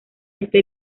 este